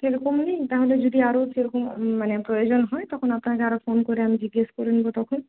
সে রকম নেই তাহলে যদি আরও সে রকম মানে প্রয়োজন হয় তখন আপনাকে আরও ফোন করে আমি জিজ্ঞেস করে নেব তখন